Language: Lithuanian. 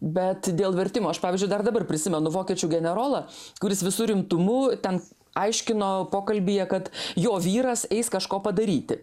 bet dėl vertimo aš pavyzdžiui dar dabar prisimenu vokiečių generolą kuris visu rimtumu ten aiškino pokalbyje kad jo vyras eis kažko padaryti